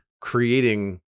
creating